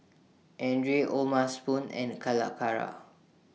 Andre O'ma Spoon and Calacara